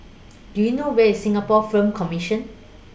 Do YOU know Where IS Singapore Film Commission